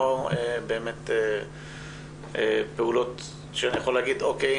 באמת פעולות שאני יכול להגיד 'או.קיי,